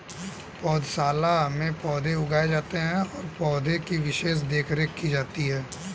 पौधशाला में पौधे उगाए जाते हैं और पौधे की विशेष देखरेख की जाती है